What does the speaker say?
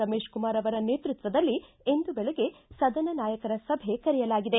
ರಮೇತ ಕುಮಾರ ಅವರ ನೇತೃತ್ವದಲ್ಲಿ ಇಂದು ಬೆಳಗ್ಗೆ ಸದನ ನಾಯಕರ ಸಭೆ ಕರೆಯಲಾಗಿದೆ